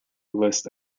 list